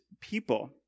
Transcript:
people